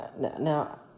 now